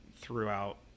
throughout